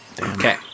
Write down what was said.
Okay